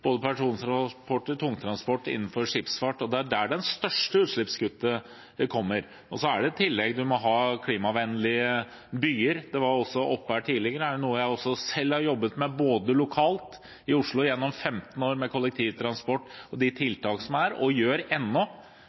både i persontransport, tungtransport og innenfor skipsfart. Det er der det største utslippskuttet kommer. Så må man i tillegg ha klimavennlige byer. Det var også oppe her tidligere, og det er noe jeg selv har jobbet med lokalt i Oslo gjennom 15 år, med kollektivtransport og de tiltak som er der, og gjør ennå.